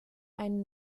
einen